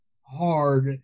hard